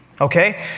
Okay